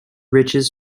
riches